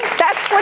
that's